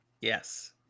Yes